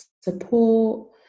support